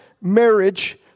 marriage